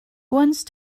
once